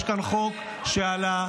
קרויזר,